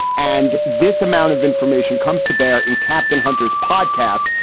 and this amount of information comes to bear. in captain hunter's podcast,